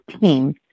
team